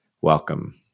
welcome